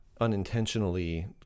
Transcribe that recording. unintentionally